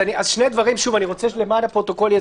אז שני דברים, שוב, אני רוצה למען הפרוטוקול.